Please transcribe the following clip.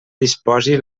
disposi